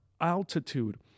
altitude